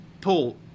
Paul